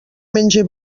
menge